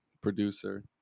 producer